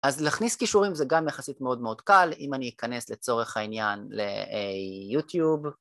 אז להכניס כישורים זה גם יחסית מאוד מאוד קל, אם אני אכנס לצורך העניין ל, אה... יוטיוב.